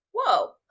whoa